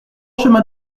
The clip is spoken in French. chemin